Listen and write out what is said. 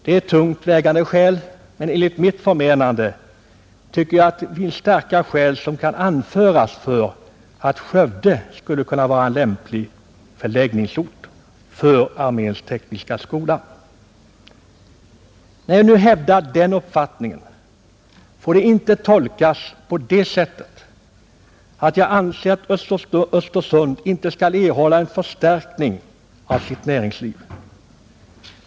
Det är tungt vägande skäl, och enligt mitt förmenande finns det starka skäl som kan anföras för att Skövde skulle kunna vara en lämplig förläggningsort för arméns tekniska skola. När jag nu hävdar den uppfattningen får det inte tolkas på det sättet, att jag anser att Östersund inte skall erhålla en förstärkning av sitt näringsliv.